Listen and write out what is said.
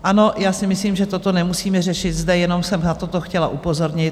Ano, já si myslím, že toto nemusíme řešit zde, jenom jsem na to chtěla upozornit.